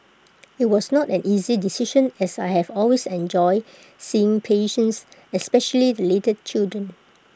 IT was not an easy decision as I have always enjoyed seeing patients especially the little children